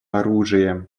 оружия